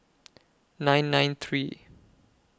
nine nine three